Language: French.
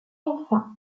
enfin